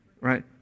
Right